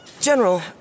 General